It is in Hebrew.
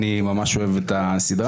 אני ממש אוהב את הסדרה.